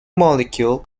molecule